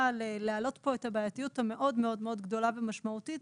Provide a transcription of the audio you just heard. להעלות כאן את הבעייתיות המאוד מאוד גדולה ומשמעותית